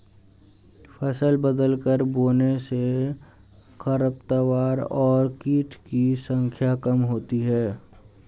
फसल बदलकर बोने से खरपतवार और कीट की संख्या कम होती है